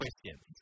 questions